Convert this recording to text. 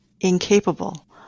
incapable